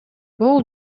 бул